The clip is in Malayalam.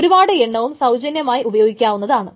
ഒരുപാട് എണ്ണവും സൌജന്യമായി ഉപയോഗിക്കാവുന്നതാണ്